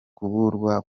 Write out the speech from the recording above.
kubura